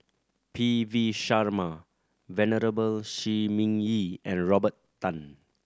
P V Sharma Venerable Shi Ming Yi and Robert Tan